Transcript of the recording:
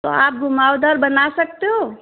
तो आप घुमावदार बना सकते हो